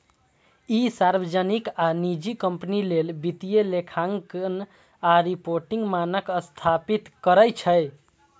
ई सार्वजनिक आ निजी कंपनी लेल वित्तीय लेखांकन आ रिपोर्टिंग मानक स्थापित करै छै